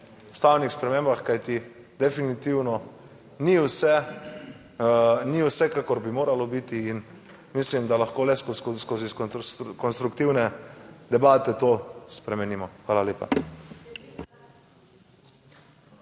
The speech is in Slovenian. o ustavnih spremembah, kajti definitivno ni vse. Ni. Vsekakor bi moralo biti in mislim, da lahko le skozi konstruktivne debate to spremenimo. Hvala lepa.